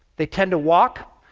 they tend to walk,